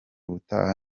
ubutaha